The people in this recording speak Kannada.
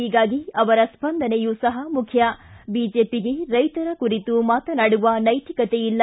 ಹೀಗಾಗಿ ಅವರ ಸ್ವಂದನೆಯು ಮುಖ್ಯ ಬಿಜೆಪಿಗೆ ರೈತರ ಕುರಿತು ಮಾತನಾಡುವ ನೈತಿಕತೆ ಇಲ್ಲ